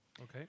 Okay